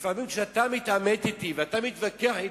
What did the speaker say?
לפעמים, כשאתה מתעמת אתי ואתה מתווכח אתי,